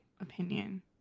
opinion